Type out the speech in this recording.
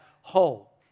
whole